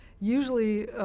usually,